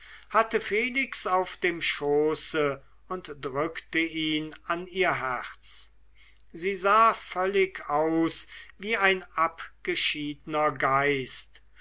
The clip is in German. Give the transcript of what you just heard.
hatte felix auf dem schoße und drückte ihn an ihr herz sie sah völlig aus wie ein abgeschiedner geist